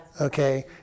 Okay